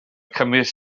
cymysg